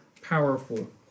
powerful